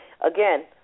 Again